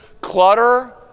clutter